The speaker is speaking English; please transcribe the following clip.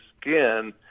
skin